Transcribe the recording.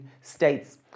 states